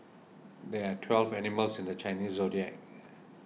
there are twelve animals in the Chinese zodiac